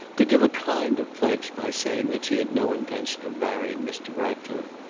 to give a kind of pledge by saying that she had no intention of marrying mr. ratcliffe,